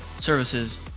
services